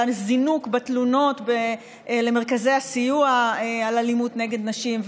על הזינוק בתלונות למרכזי הסיוע על אלימות נגד נשים.